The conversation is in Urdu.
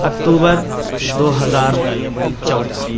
اکتوبر دو ہزار چودہ